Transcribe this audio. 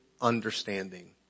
understanding